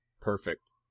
Perfect